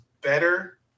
better